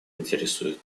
интересует